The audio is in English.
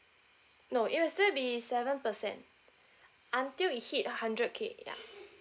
no it will still be seven percent until it hit a hundred k ya